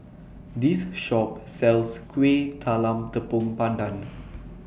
This Shop sells Kueh Talam Tepong Pandan